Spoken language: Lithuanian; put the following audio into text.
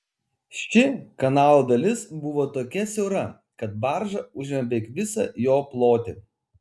ši kanalo dalis buvo tokia siaura kad barža užėmė beveik visą jo plotį